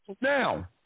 Now